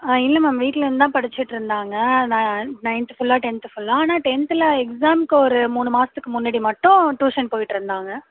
ஆ இல்லை மேம் வீட்டிலந்தான் படிச்சிட்ருந்தாங்க ந நைன்த்து ஃபுல்லாக டென்த்து ஃபுல்லாக ஆனால் டென்த்து எக்ஸாம்க்கு ஒரு மூணு மாதத்துக்கு முன்னாடி மட்டும் டூஷன் போயிட்ருந்தாங்க